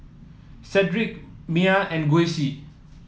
Cedric Maia and Gussie